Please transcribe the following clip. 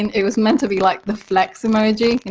and it was meant to be like the flex emoji,